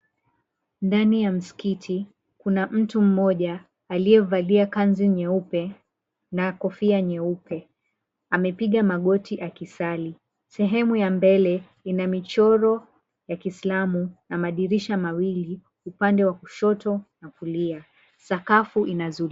Ndani ya msikiti, kuna mtu mmoja, aliyevalia kanzu nyeupe na kofia nyeupe amepiga magoti akisali. Sehemu ya mbele ina michoro ya kiislamu na madirisha mawili upande wa kushoto na kulia. Sakafu inazu...